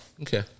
Okay